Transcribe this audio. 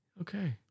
Okay